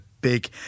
big